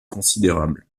considérable